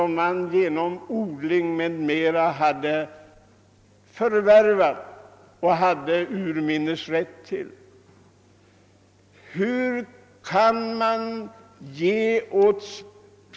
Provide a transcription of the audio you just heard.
En sentida släkting, en snart 90-årig prost i Sollefteå, har ännu ej återfått sin släktgård.